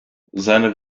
seine